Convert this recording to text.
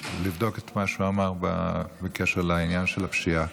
לבדוק את מה שהוא אמר בקשר לעניין של הפשיעה.